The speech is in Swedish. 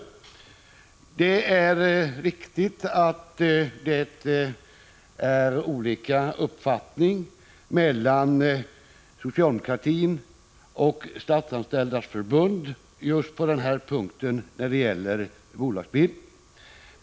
Det är riktigt att socialdemokratin och Statsanställdas förbund har olika uppfattningar just när det gäller bolagsbildningen.